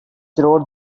wrote